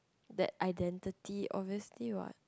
that identity obviously what